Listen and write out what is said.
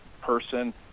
person